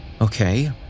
Okay